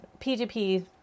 PGP